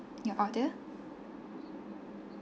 your order